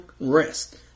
rest